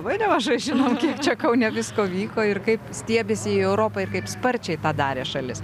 labai nemažai žinom čia kaune visko vyko ir kaip stiebėsi į europą ir kaip sparčiai tą darė šalis